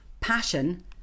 passion